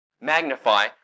magnify